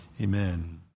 Amen